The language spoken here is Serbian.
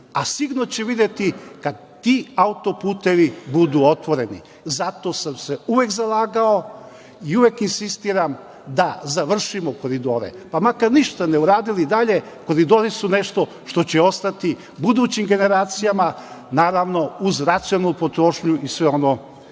a sigurno će videti kad ti autoputevi budu otvoreni. Zato sam se uvek zalagao i uvek insistiram da završimo koridore, pa makar ništa ne uradili dalje, koridori su nešto što će ostati budućim generacijama, naravno, uz racionalnu potrošnju i sve ono